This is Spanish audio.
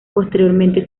posteriormente